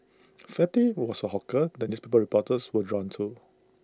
fatty was A hawker that newspaper reporters were drawn to